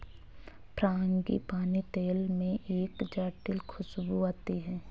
frangipani के तेल में एक जटिल खूशबू आती है